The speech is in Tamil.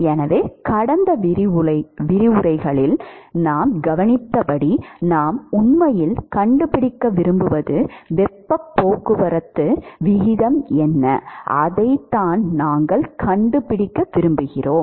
எனவே கடந்த பல விரிவுரைகளில் நாம் கவனித்தபடி நாம் உண்மையில் கண்டுபிடிக்க விரும்புவது வெப்பப் போக்குவரத்து விகிதம் என்ன அதைத்தான் நாங்கள் கண்டுபிடிக்க விரும்புகிறோம்